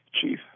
Chief